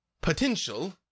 potential